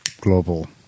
global